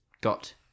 got